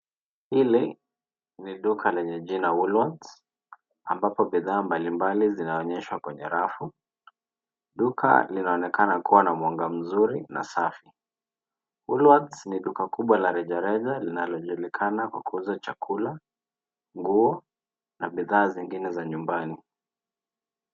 Hili ni duka lenye jina Woolworth ambapo bidhaa mbali mbali zinaonyeshwa kwenye rafu, duka linaonekana kuwa na mwanga mzuri na safi, Woolworth ni duka kubwa la rejareja linalojulikana kwa kuuza chakula nguo na bidhaa zingine za nyumbani.